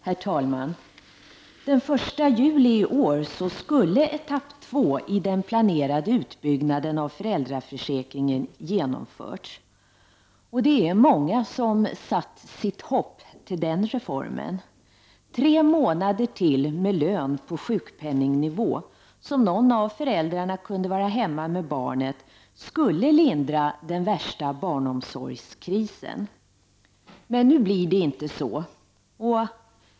Herr talman! Den 1 juli i år skulle etapp två i den planerade utbyggnaden av föräldraförsäkringen ha genomförts. Det är många som har satt sitt hopp till den reformen. Tre månader till med lön på sjukpenningnivå, då någon av föräldrarna kunde vara hemma med barnet, skulle lindra den värsta barnomsorgskrisen. Men nu blir det inte så.